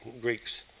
Greeks